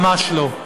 ממש לא.